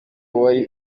uwari